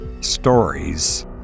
Stories